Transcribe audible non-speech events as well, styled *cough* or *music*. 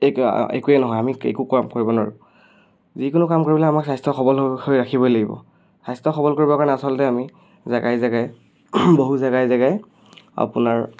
*unintelligible* একোৱে একোৱে নহয় আমি একো কাম কৰিব নোৱাৰোঁ যিকোনো কাম কৰিবলৈ আমাক স্বাস্থ্যৰ সবল *unintelligible* ৰাখিবই লাগিব স্বাস্থ্য সবল কৰিবৰ কাৰণে আচলতে আমি জেগাই জেগাই বহু জেগাই জেগাই আপোনাৰ